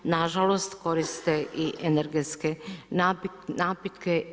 Nažalost koriste i energetske napitke.